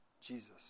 Jesus